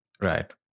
Right